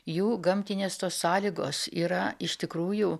jų gamtinės sąlygos yra iš tikrųjų